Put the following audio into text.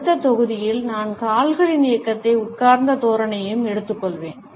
அடுத்த தொகுதியில் நான் கால்களின் இயக்கத்தையும் உட்கார்ந்த தோரணையையும் எடுத்துக்கொள்வேன்